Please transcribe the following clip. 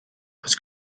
was